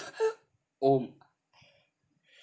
!ow!